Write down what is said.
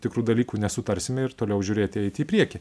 tikrų dalykų nesutarsime ir toliau žiūrėti eiti į priekį